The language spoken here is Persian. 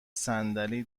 صندلی